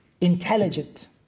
intelligent